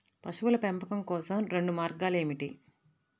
పశువుల పెంపకం కోసం రెండు మార్గాలు ఏమిటీ?